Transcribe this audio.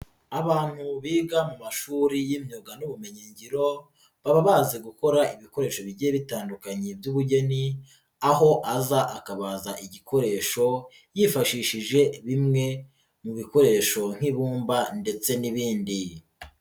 Abantu biga mu mashuri y'imyuga n'ubumenyingiro baba bazi gukora ibikoresho bigiye bitandukanye by'ubugeni, aho aza akabaza igikoresho yifashishije bimwe mu bikoresho nk'ibumba ndetse n'ibindi.